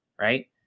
right